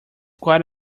quite